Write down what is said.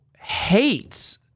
hates